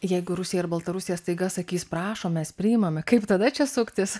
jeigu rusija ir baltarusija staiga sakys prašom mes priimame kaip tada čia suktis